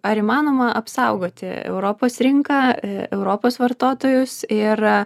ar įmanoma apsaugoti europos rinką europos vartotojus ir